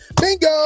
Bingo